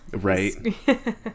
Right